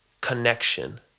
connection